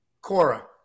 Cora